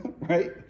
Right